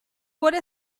vuole